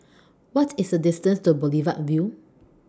What IS The distance to Boulevard Vue